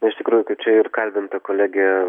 iš tikrųjų kaip čia ir kalbinta kolegė